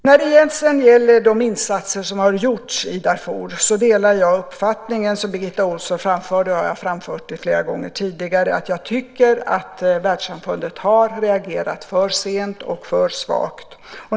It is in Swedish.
När det sedan gäller de insatser som har gjorts i Darfur delar jag uppfattningen som Birgitta Ohlsson framförde, och jag har flera gånger tidigare framfört att jag tycker att världssamfundet har reagerat för sent och för svagt.